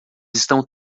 estão